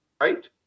right